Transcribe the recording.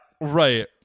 Right